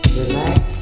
relax